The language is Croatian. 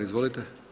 Izvolite!